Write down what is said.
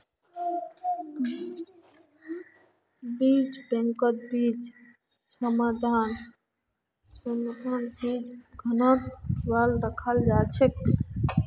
बीज बैंकत बीजेर् गुणवत्ता, स्वाद, रोग प्रतिरोधक क्षमतार ध्यान रखाल जा छे